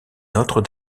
notre